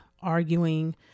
arguing